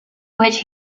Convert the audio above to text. which